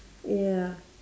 ya